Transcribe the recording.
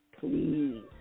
please